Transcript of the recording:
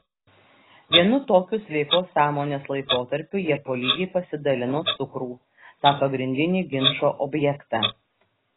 vienu tokiu sveikos sąmonės laikotarpiu jie po lygiai pasidalino cukrų tą pagrindinį ginčo objektą